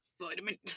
vitamin